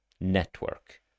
network